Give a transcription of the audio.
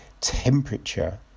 temperature